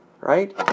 right